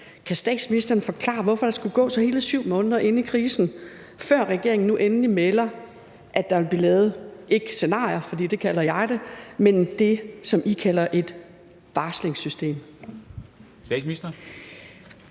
Kan statsministeren forklare, hvorfor der skulle gå til hele 7 måneder inde i krisen, før regeringen nu endelig melder, at der vil blive lavet ikke scenarier, som jeg kalder det, men det, som I kalder et varslingssystem?